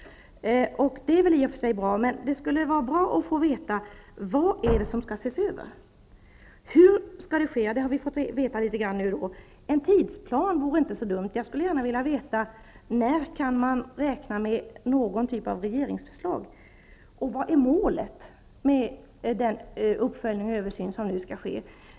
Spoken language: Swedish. Det är väl i och för sig bra. Men det vore bra att få veta vad det är som skall ses över. Vi har fått veta litet grand hur det skall ske. Men det vore inte så dumt med en tidsplan Jag skulle gärna vilja veta när vi kan räkna med någon typ av regeringsförslag. Och vad är målet med den uppföljning och översyn som nu skall ske?